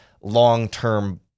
long-term